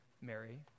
Mary